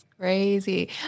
Crazy